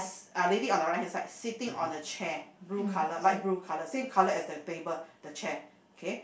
ah lady on the right hand side sitting on the chair blue colour light blue colour same colour as the table the chair okay